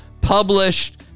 published